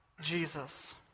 Jesus